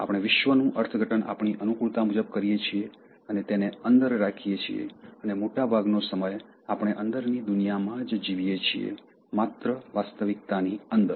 આપણે વિશ્વનું અર્થઘટન આપણી અનુકૂળતા મુજબ કરીએ છીએ અને તેને અંદર રાખીયે છીએ અને મોટાભાગનો સમય આપણે અંદરની દુનિયામાં જ જીવીએ છીએ માત્ર વાસ્તવિકતાની અંદર